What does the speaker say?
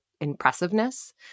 impressiveness